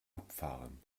abfahren